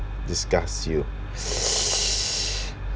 disgust you